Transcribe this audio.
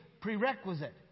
prerequisite